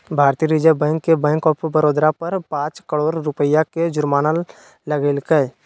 भारतीय reserve bank ने bank of Baroda पर पांच करोड़ रुपया के जुर्माना लगैलके